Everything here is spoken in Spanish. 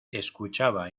escuchaba